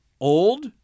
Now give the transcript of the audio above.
old